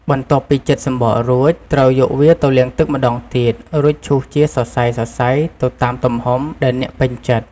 បន្ទាប់ពីចិតសំបករួច ត្រូវយកវាទៅលាងទឹកម្ដងទៀត រួចឈូសជាសរសៃៗ ទៅតាមទំហំដែលអ្នកពេញចិត្ត។